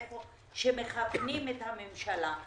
איפה שמכוונים את הממשלה.